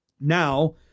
Now